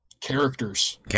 Characters